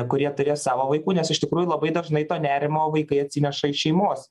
kurie turės savo vaikų nes iš tikrųjų labai dažnai to nerimo vaikai atsineša iš šeimos